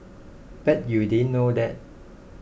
bet you didn't know that